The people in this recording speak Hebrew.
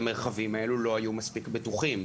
המרחבים האלה לא היו מספיק בטוחים,